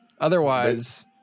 Otherwise